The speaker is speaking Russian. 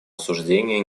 осуждения